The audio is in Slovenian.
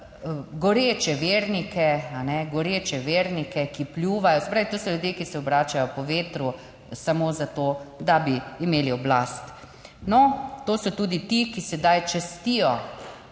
goreče vernike, ki pljuvajo, se pravi, to so ljudje, ki se obračajo po vetru, samo za to, da bi imeli oblast. No, to so tudi ti, ki sedaj častijo